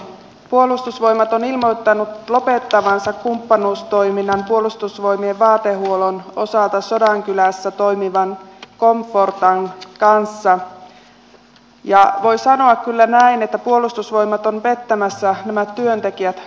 puolustusvoimat on ilmoittanut lopettavansa kumppanuustoiminnan puolustusvoimien vaatehuollon osalta sodankylässä toimivan comfortan kanssa ja voi sanoa kyllä näin että puolustusvoimat on pettämässä nämä työntekijät kahdesti